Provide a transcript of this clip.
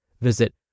Visit